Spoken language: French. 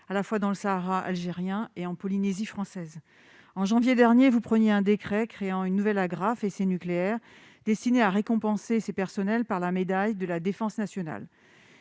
à la fois dans le Sahara algérien et en Polynésie française. En janvier dernier, vous preniez un décret créant une nouvelle agrafe « essais nucléaires », destinée à récompenser ces personnels par la médaille de la défense nationale.